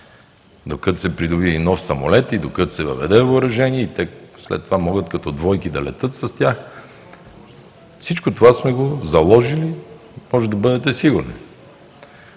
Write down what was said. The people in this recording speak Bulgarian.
докато се придобие и нов самолет и докато се въведе във въоръжение и след това могат като двойки да летят с тях. Всичко това сме го заложили, може да бъдете сигурни.